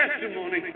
testimony